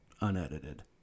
unedited